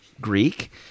Greek